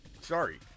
Sorry